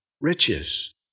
riches